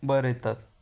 बरयतात